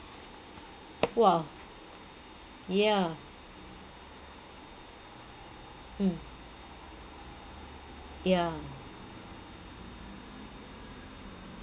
!wah! yeah mm yeah